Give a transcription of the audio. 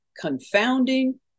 confounding